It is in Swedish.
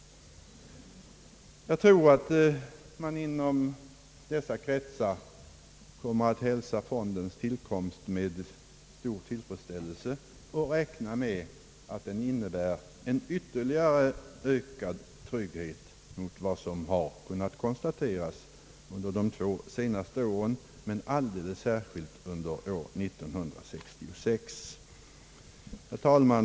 Jag tror att man inom dessa kretsar kommer att hälsa fondens tillkomst med stor tillfredsställelse och räkna med att den innebär en ytterligare ökad trygghet mot vad som har kunnat konstateras under de två senaste åren men alldeles särskilt under år 1966. Herr talman!